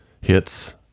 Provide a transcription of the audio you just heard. hits